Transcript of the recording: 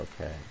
Okay